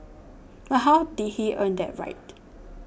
but how did he earn that right